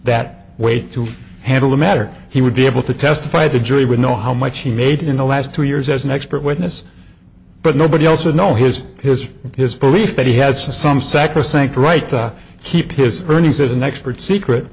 that way to handle the matter he would be able to testify the jury would know how much he made in the last two years as an expert witness but nobody else would know his history his belief that he has some sacrosanct right to keep his earnings as an expert secret